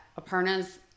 Aparna's